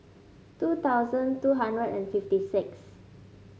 two thousand two hundred and fifty six